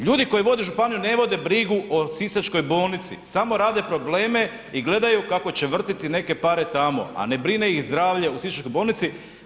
Ljudi koji vode županiji ne vode brigu o sisačkoj bolnici, samo rade probleme i gledaju kako će vrtiti neke pare tamo, a ne brine ih zdravlje u sisačkoj bolnici.